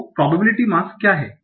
तो संभावना मास क्या है